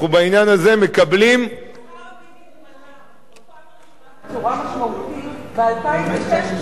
שכר המינימום עלה בפעם הראשונה בצורה משמעותית ב-2006,